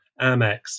Amex